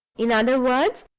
in other words,